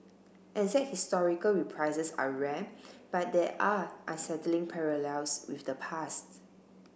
exact historical reprises are rare but there are unsettling parallels with the past